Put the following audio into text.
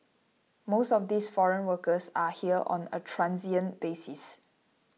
most of these foreign workers are here on a transient basis